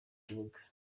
kibuga